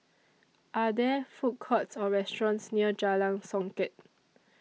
Are There Food Courts Or restaurants near Jalan Songket